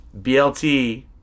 BLT